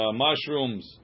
mushrooms